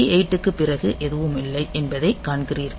B8 க்குப் பிறகு எதுவும் இல்லை என்பதை காண்கிறீர்கள்